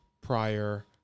prior